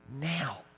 now